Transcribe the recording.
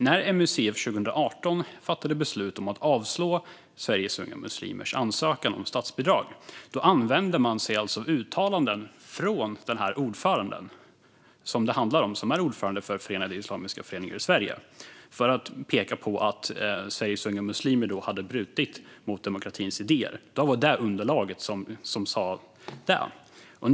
När MUCF 2018 fattade beslut om att avslå Sveriges Unga Muslimers ansökan om statsbidrag använde man sig av uttalanden från den person som det handlar om och som är ordförande för Förenade Islamiska Föreningar i Sverige för att peka på att Sveriges Unga Muslimer hade brutit mot demokratins idéer. Det var underlaget till det beslutet.